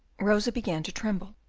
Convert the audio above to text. rosa began to tremble,